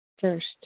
first